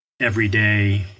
everyday